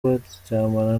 baryamana